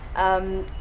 umm.